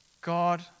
God